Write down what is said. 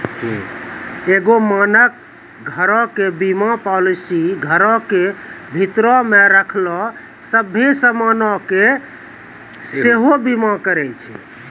एगो मानक घरो के बीमा पालिसी घरो के भीतरो मे रखलो सभ्भे समानो के सेहो बीमा करै छै